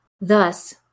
thus